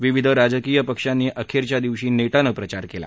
विविध राजकीय पक्षांनी अखेरच्या दिवशी नेटाने प्रचार केला